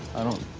i don't